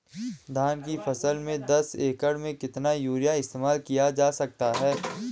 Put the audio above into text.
धान की फसल में दस एकड़ में कितना यूरिया इस्तेमाल किया जा सकता है?